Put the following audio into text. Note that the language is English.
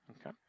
Okay